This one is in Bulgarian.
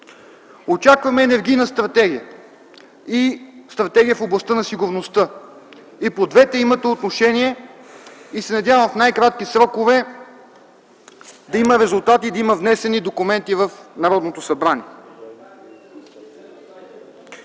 Очакваме енергийна стратегия и стратегия в областта на сигурността. И по двете имате отношение и се надявам в най-кратки срокове да има резултати и да има внесени документи в Народното събрание.